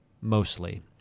mostly